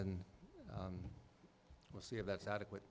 and we'll see if that's adequate